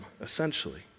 essentially